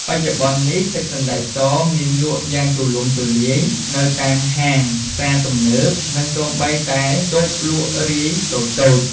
បច្ចុប្បន្ននេះ ទឹកសណ្តែកសមានលក់យ៉ាងទូលំទូលាយនៅតាមហាង ផ្សារទំនើប និងសូម្បីតែតាមតូបលក់រាយតូចៗ។